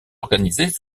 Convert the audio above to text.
organisés